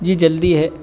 جی جلدی ہے